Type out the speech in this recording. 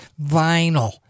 vinyl